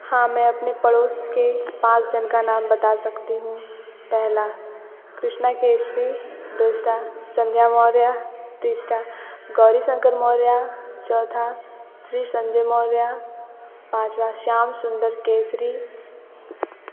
हाँ मैं अपने पड़ोस के पाँच जन का नाम बता सकती हूँ पहला कृष्णा केसरी दूसरा संध्या मौर्य तीसरा गौरी शंकर मौर्य चौथा श्री संजय मौर्य पाँचवा श्याम सुन्दर केसरी